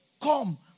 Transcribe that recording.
come